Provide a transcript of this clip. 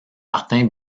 martin